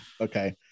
Okay